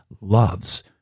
loves